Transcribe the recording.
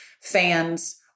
fans